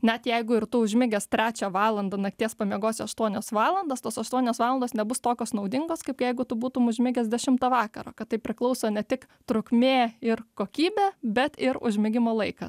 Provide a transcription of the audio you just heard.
net jeigu ir tu užmigęs trečią valandą nakties pamiegosi aštuonios valandos tos aštuonios valandos nebus tokios naudingos kaip jeigu tu būtum užmigęs dešimtą vakaro kad tai priklauso ne tik trukmė ir kokybė bet ir užmigimo laikas